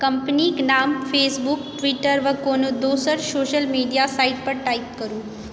कम्पनीक नाम Facebook Twitter वा कोनो दोसर सोशल मीडिया साइट पर टाइप करु